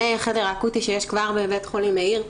החדר האקוטי שיש כבר בבית החולים מאיר.